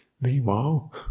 Meanwhile